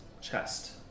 chest